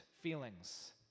feelings